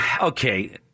okay